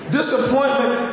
Disappointment